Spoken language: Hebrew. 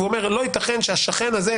והוא אומר: לא ייתכן שהשכן הזה,